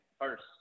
first